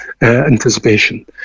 anticipation